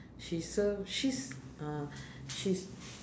she serve she's uh she's